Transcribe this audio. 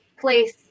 place